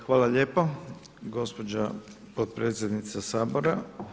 Hvala lijepo gospođo potpredsjednice Sabora.